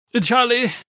Charlie